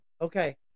Okay